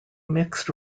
mixed